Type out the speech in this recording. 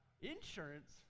Insurance